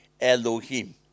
Elohim